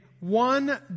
One